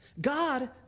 god